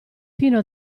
fino